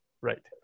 Right